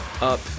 up